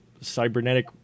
cybernetic